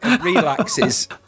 relaxes